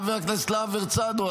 חבר הכנסת להב הרצנו?